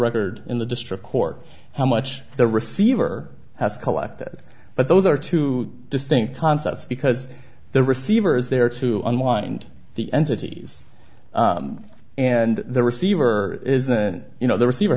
record in the district court how much the receiver has collected but those are two distinct concepts because the receiver is there to unwind the entities and the receiver isn't you know the receiver